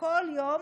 וכל יום